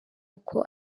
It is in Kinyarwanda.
uko